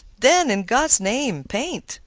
then in god's name paint!